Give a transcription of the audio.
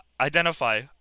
identify